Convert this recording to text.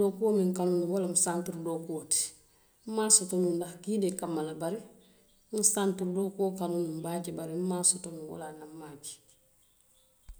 N ŋa dookuo miŋ kanu wo loŋ santuru dookuo ti, n maŋ a soto nuŋ kiidee kanma la bari n ŋa santuru dookuo kanu baake, bari n maŋ a soto noo, wo le ye a tinna a maŋ a ke.